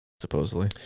supposedly